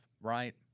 right